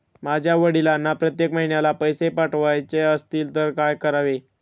माझ्या वडिलांना प्रत्येक महिन्याला पैसे पाठवायचे असतील तर काय करावे?